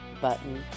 button